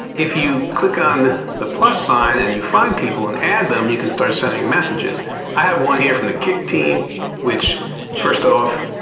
if you click on the sign and you find people and add them, you can start sending messages i have one here from the kik team which first off,